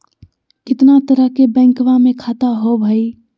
कितना तरह के बैंकवा में खाता होव हई?